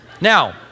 Now